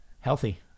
Healthy